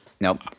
Nope